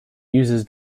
uses